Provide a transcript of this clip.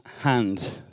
hand